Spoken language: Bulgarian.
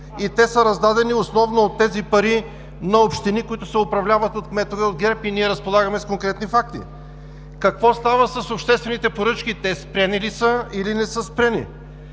седмици? Раздадени са основно на общини, които се управляват от кметове от ГЕРБ, и ние разполагаме с конкретни факти. Какво става с обществените поръчки? Спрени ли са или не са спрени?